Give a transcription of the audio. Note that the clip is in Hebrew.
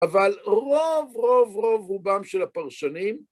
אבל רוב, רוב, רוב רובם של הפרשנים